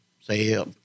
say